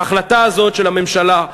ההחלטה הזאת של הממשלה,